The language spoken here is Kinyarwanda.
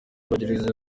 bagerageza